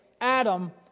Adam